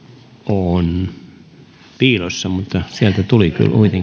on piilossa mutta sieltä tuli kuitenkin